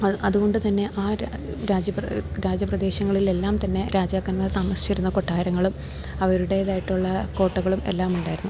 അത് അതുകൊണ്ട് തന്നെ ആ രാജ്യ രാജ്യപ്രദേശങ്ങളിലെല്ലാം തന്നെ രാജാക്കന്മാർ തമസിച്ചിരുന്ന കൊട്ടാരങ്ങളും അവരുടേതായിട്ടുള്ള കോട്ടകളും എല്ലാമുണ്ടായിരുന്നു